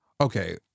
okay